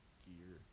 gear